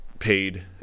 Paid